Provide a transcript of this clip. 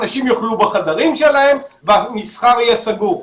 האנשים יאכלו בחדרים שלהם והמסחר יהיה סגור?